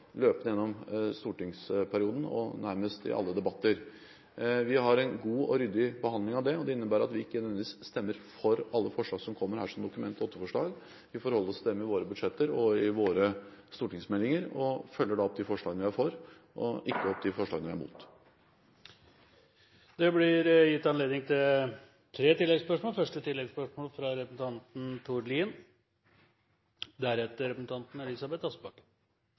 løpende gjennom stortingsperioden og nærmest i alle debatter. Vi har en god og ryddig behandling av dem. Det innebærer at vi ikke nødvendigvis stemmer for alle forslag som kommer som Dokument 8-forslag. Vi forholder oss til dem i våre budsjetter og i forbindelse med våre stortingsmeldinger og følger opp de forslagene vi er for – og følger ikke opp de forslagene vi er imot. Det blir gitt anledning til tre